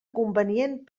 convenient